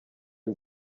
ngo